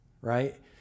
right